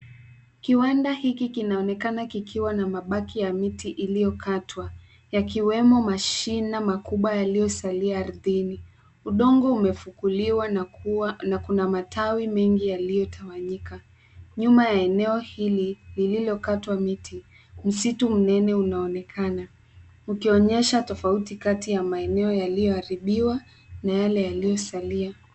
Kiwanda hiki kinaonekana kikiwa na mabaki ya miti iliyokatwa, yakiwemo mashina makubwa yaliyosalia ardini. Udongo umefukuliwa na kuna matawi mengi yaliyotawanyika. Nyuma ya eneo hili lililokatwa miti msitu mnene unaonekana, ukionyesha tofauti kati ya maeneo yaliyoharibiwa na yale yaliyosalia.